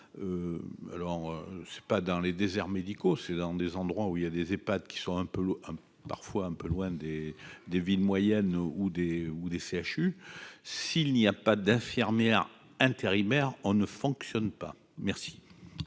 alors c'est pas dans les déserts médicaux, c'est dans des endroits où il y a des Epad qui sont un peu loin, parfois un peu loin des des villes moyennes ou des ou des CHU s'il n'y a pas d'infirmières intérimaires, on ne fonctionne pas, merci.